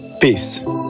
Peace